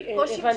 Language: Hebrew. הבנתי.